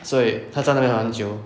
所以他站在那蛮久